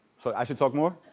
so i should talk more?